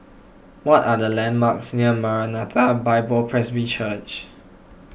what are the landmarks near Maranatha Bible Presby Church